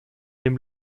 dem